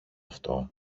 αυτό